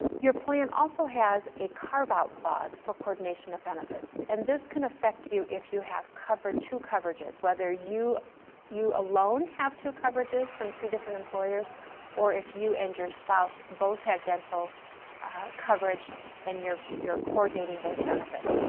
your plan also has a carve out clause for coordination of benefits, and this can affect you if you have two coverages, whether you you alone have two coverages from two different employers or if you and your spouse both have dental coverage and you're you're coordinating those benefits.